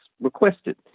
requested